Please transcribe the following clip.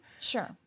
Sure